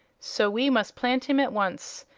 so we must plant him at once,